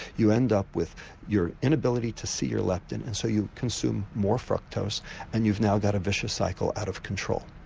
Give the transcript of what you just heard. you end up with your inability to see your leptin and so you consume more fructose and you've now got a viscious cycle out of control.